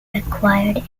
acquired